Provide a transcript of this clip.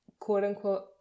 quote-unquote